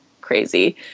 crazy